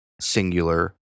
singular